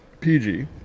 PG